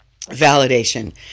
validation